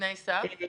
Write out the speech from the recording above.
ותנאי סף?